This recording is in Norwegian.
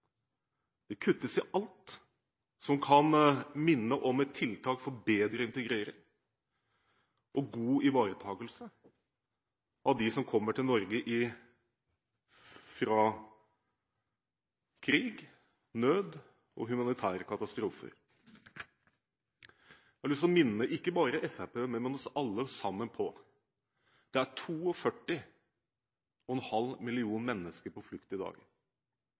Det kuttes i alt som kan minne om et tiltak for bedre integrering og god ivaretagelse av dem som kommer til Norge fra krig, nød og humanitære katastrofer. Jeg har lyst til å minne – ikke bare Fremskrittspartiet, men oss alle sammen – om at det er 42,5 millioner mennesker på flukt i